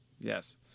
Yes